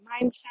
mindset